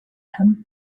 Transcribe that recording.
him